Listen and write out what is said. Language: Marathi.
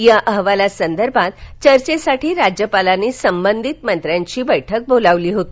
या अहवालासंदर्भात चर्चेसाठी राज्यपालांनी संबंधित मंत्र्यांची बैठक बोलावली होती